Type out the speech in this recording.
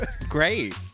great